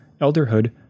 *Elderhood*